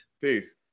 Peace